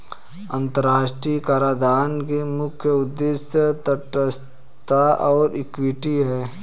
अंतर्राष्ट्रीय कराधान के मुख्य उद्देश्य तटस्थता और इक्विटी हैं